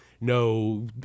No